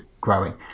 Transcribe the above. growing